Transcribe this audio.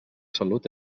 salut